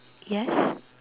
yes